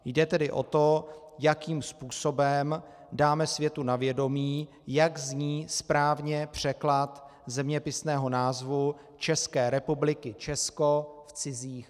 Jde tedy o to, jakým způsobem dáme světu na vědomí, jak zní správně překlad zeměpisného názvu České republiky Česko v cizích jazycích.